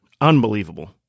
Unbelievable